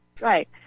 Right